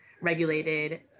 regulated